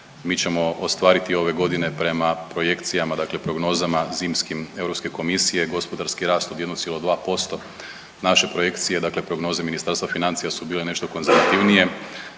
Mi ćemo ostvariti ove godine prema projekcijama dakle prognozama zimskim Europske komisije gospodarski rast od 1,2%, naše projekcije dakle prognoze Ministarstva financija su bile nešto konzervativnije,